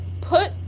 put